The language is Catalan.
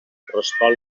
correspon